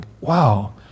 wow